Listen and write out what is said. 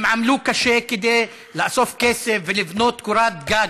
הם עמלו קשה כדי לאסוף כסף ולבנות קורת גג,